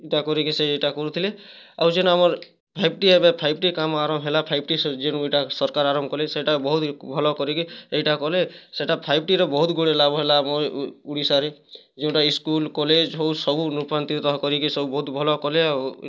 ଇ'ଟା କରିକି ସିଏ ଏଇଟା କରୁଥିଲେ ଆଉ ଯେନ୍ ଆମର୍ ଫାଇଭ୍ ଟି ଏବେ ଫାଇଭ୍ ଟି କାମ୍ ଆରମ୍ଭ ହେଲା ଫାଇଭ୍ ଟି ସଚିବ ଏଇଟା ସରକାର୍ ଆରମ୍ଭ କଲେ ସେଇଟା ବହୁତ୍ ଭଲ୍ କରିକି ଏଇଟା କଲେ ସେଟା ଫାଇଭ୍ ଟି ର ବହୁତ୍ ଗୁଡ଼ିଏ ଲାଭ ହେଲା ଆମ ଓଡ଼ିଶାରେ ଯୋଉଟା କି ସ୍କୁଲ୍ କଲେଜ୍ ହେଉ ସବୁ ରୁପାନ୍ତରିତ କରିକି ସବୁ ବହୁତ୍ ଭଲ୍ କଲେ ଆଉ